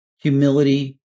humility